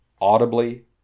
audibly